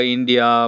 India